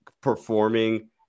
performing